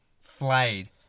Flayed